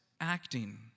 acting